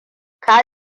ka